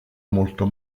molto